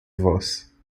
voz